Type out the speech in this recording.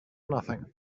nothing